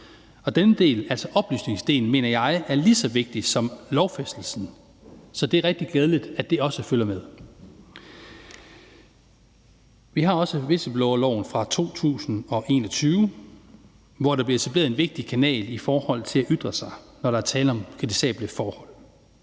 Og denne del, altså oplysningsdelen, mener jeg er lige så vigtig som lovfæstelsen. Så det er rigtig glædeligt, at det også følger med. Vi har også whistleblowerloven fra 2021, hvor der er en vigtig kanal i forhold til at ytre sig, når der er tale om kritisable forhold.